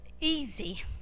easy